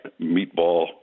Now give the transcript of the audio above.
meatball